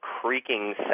creaking